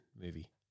movie